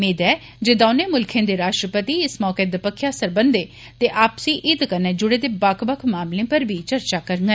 मेद ऐ जे दौने मुल्खे दे राष्ट्रपति इस मौके दपक्खी सरबंधे ते आपसी हित कन्नै जुड़े दे बक्ख बक्ख मामलें उप्पर बी चर्चा करङन